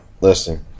listen